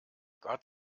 gott